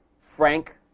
frank